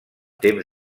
temps